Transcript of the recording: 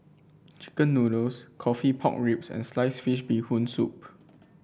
chicken noodles coffee Pork Ribs and Sliced Fish Bee Hoon Soup